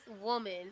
woman